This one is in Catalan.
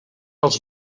els